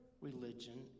religion